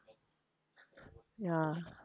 yeah